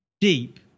deep